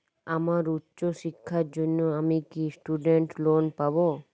আমার উচ্চ শিক্ষার জন্য আমি কি স্টুডেন্ট লোন পাবো